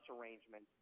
arrangement